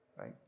right